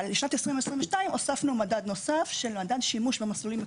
אבל לשנת 2022 הוספנו מדד נוסף מדד שימוש למסלולים מקוצרים,